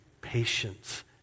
patience